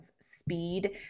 speed